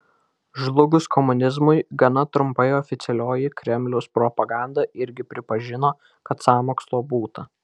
žlugus komunizmui gana trumpai oficialioji kremliaus propaganda irgi pripažino kad sąmokslo būta